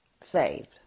saved